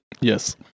Yes